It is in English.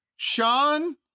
Sean